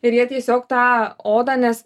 ir jie tiesiog tą odą nes